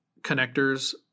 connectors